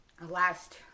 last